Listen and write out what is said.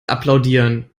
applaudieren